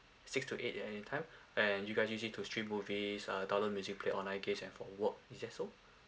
six to eight at any time and you guys use it to stream movie uh download music play online game and for work is that so